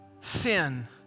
sin